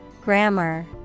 Grammar